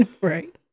Right